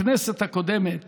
בכנסת הקודמת